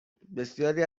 بسیاری